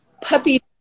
puppy